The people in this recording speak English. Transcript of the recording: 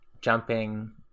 jumping